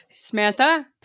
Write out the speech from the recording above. Samantha